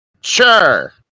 Sure